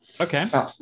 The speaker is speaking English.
Okay